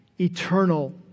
eternal